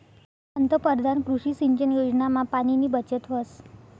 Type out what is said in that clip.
पंतपरधान कृषी सिंचन योजनामा पाणीनी बचत व्हस